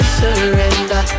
surrender